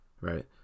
right